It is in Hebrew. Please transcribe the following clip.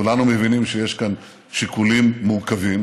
כולנו מבינים שיש כאן שיקולים מורכבים,